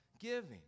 giving